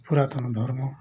ପୁରାତନ ଧର୍ମ